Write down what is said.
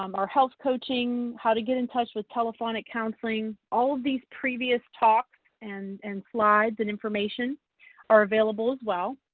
um our health coaching, how to get in touch with telephonic counseling, all of these previous talks and and slides and information are available as well.